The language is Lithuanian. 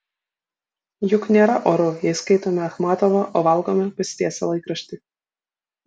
juk nėra oru jei skaitome achmatovą o valgome pasitiesę laikraštį